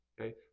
Okay